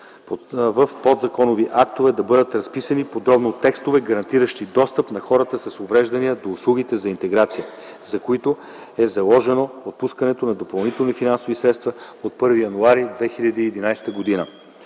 в подзаконови актове да бъдат разписани подробно текстовете, гарантиращи достъпа на хората с увреждания до услугите за интеграция, за които е заложено отпускането на допълнителни финансови средства от 1 януари 2011 г.